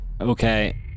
Okay